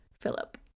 Philip